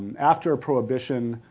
and after prohibition,